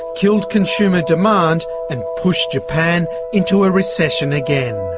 killed consumer demand and pushed japan into a recession again.